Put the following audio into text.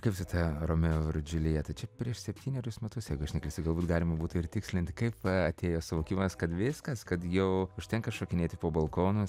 kaip su ta romeo ir džiulija čia prieš septynerius metus aš tikiuosi galbūt galima būtų ir tikslinti kaip atėjo suvokimas kad viskas kad jau užtenka šokinėti po balkonu